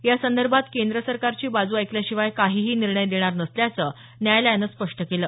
यासंदर्भात केंद्रसरकारची बाजू ऐकल्याशिवाय काहीही निर्णय देणार नसल्याचं न्यायालयानं स्पष्ट केलं